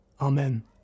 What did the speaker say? Amen